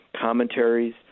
commentaries